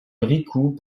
bricout